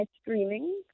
streaming